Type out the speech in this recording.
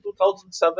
2007